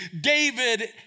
David